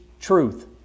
truth